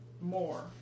more